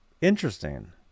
interesting